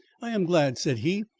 i am glad, said he,